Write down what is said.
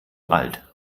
alt